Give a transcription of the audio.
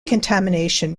contamination